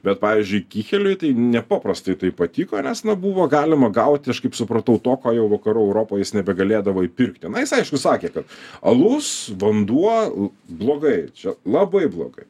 bet pavyzdžiui kycheliui tai nepaprastai tai patiko nes na buvo galima gauti aš kaip supratau to ko jau vakarų europoj jis nebegalėdavo įpirkti na jis aišku sakė kad alus vanduo blogai čia labai blogai